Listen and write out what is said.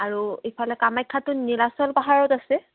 আৰু ইফালে কামাখ্যাটো নিলাচল পাহাৰত আছে